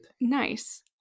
Nice